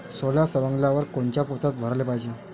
सोला सवंगल्यावर कोनच्या पोत्यात भराले पायजे?